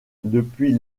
depuis